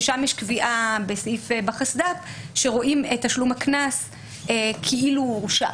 שם יש קביעה בחסד"פ שרואים את תשלום הקנס כאילו הוא הורשע